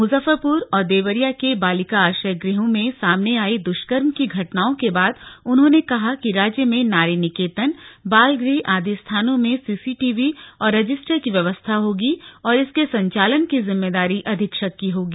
मुजफ्फरपुर और देवरिया के बालिका आश्रय गृह में सामने आई दुष्कर्म की घटनाओं के बाद उन्होंने कहा कि रोज्य में नारी निकेतन बाल गृह आदि स्थानों में सीसी टीवी और रजिस्टर की व्यवस्था होगी और इसके संचालन की जिम्मेदारी अधीक्षक की होगी